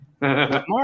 mark